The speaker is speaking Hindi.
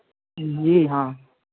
जी हाँ